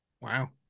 Wow